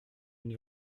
une